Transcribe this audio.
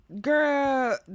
Girl